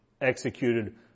executed